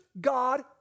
God